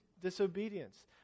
disobedience